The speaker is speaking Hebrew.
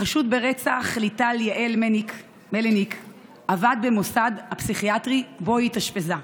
החשוד ברצח ליטל מלניק עבד במוסד הפסיכיאטרי שבו היא התאשפזה.